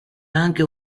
anche